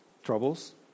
Troubles